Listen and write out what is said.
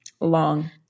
long